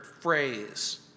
phrase